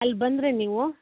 ಅಲ್ಲಿ ಬಂದರೆ ನೀವು